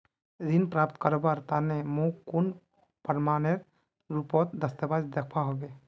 ऋण प्राप्त करवार तने मोक कुन प्रमाणएर रुपोत दस्तावेज दिखवा होबे?